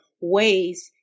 ways